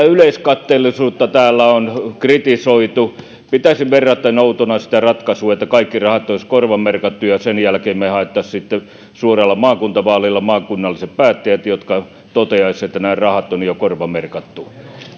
yleiskatteellisuutta täällä on kritisoitu pitäisin verrattain outona sitä ratkaisua että kaikki rahat olisivat korvamerkattuja ja sen jälkeen me valitsisimme sitten suorilla maakuntavaaleilla maakunnalliset päättäjät jotka toteaisivat että nämä rahat on jo korvamerkattu